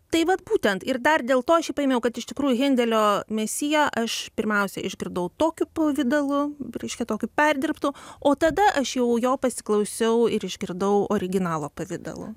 tai vat būtent ir dar dėl to aš jį paėmiau kad iš tikrųjų hendelio mesiją aš pirmiausia išgirdau tokiu pavidalu reiškia tokiu perdirbtu o tada aš jau jo pasiklausiau ir išgirdau originalo pavidalu